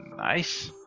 nice.